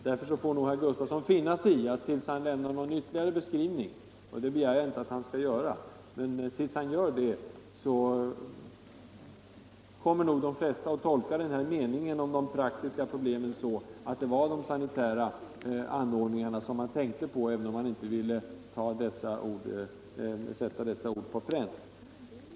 Därför får nog herr Gustavsson i Eskilstuna finna sig i, att till dess han lämnar ytterligare beskrivning — och det begär jag inte att han skall göra - kommer de flesta att tolka denna mening om de praktiska problemen så, att det är de sanitära anordningarna man tänkt på, även om man inte har velat sätta orden på pränt.